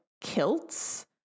kilts